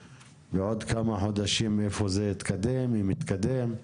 בעוד כמה חודשים נראה איפה זה מתקדם ואם התקדם.